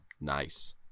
nice